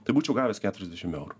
tai būčiau gavęs keturiasdešim eurų